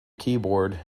keyboard